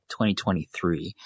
2023